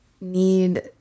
need